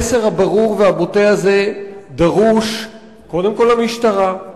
המסר הברור והבוטה הזה דרוש קודם כול למשטרה,